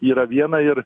yra viena ir